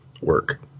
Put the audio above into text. work